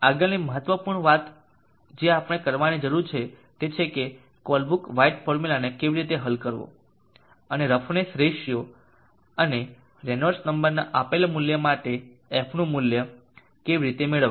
આગળની મહત્વપૂર્ણ વાત જે આપણે કરવાની જરૂર છે તે છે કે આ કોલબ્રુક વ્હાઇટ ફોર્મ્યુલાને કેવી રીતે હલ કરવો અને રફનેસ રેશિયો અને રેનોલ્ડ્સ નંબરના આપેલા મૂલ્ય માટે fનું મૂલ્ય કેવી રીતે મેળવવું